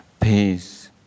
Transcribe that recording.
peace